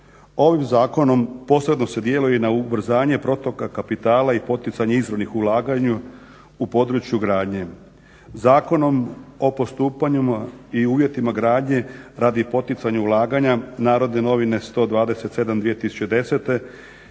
Ovim zakonom posredno se djeluje i na ubrzanje protoka kapitala i poticanje izvornih ulaganja u području gradnje. Zakonom o postupanjima i uvjetima gradnje radi poticanja ulaganja, Narodne novine 127/2010.koji